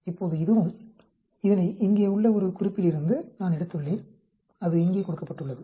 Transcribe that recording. இப்போது இதுவும் இதனை இங்கே உள்ள ஒரு குறிப்பிலிருந்து நான் எடுத்துள்ளேன் அது இங்கே கொடுக்கப்பட்டுள்ளது